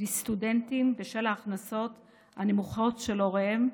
לסטודנטים בשל ההכנסות הנמוכות של הוריהם,